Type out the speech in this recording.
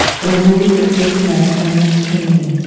we'll read the fifth mindfulness training.